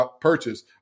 purchase